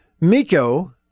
Miko